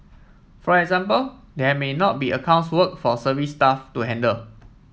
for example there may not be accounts work for service staff to handle